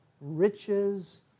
riches